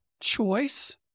choice